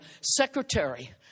secretary